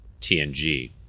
TNG